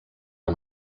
and